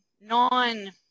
non